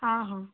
ହଁ ହଁ